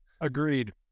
Agreed